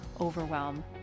overwhelm